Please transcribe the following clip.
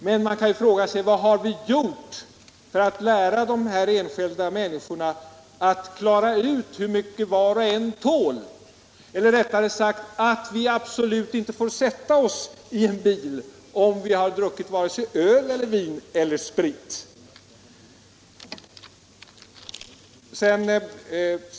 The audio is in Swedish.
Men man kan ju fråga sig: Vad har vi gjort för att lära de här enskilda människorna hur mycket var och en tål, eller rättare sagt lära dem att vi absolut inte får sätta oss i en bil om vi har druckit vare sig öl, vin eller sprit?